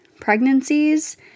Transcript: pregnancies